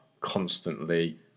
constantly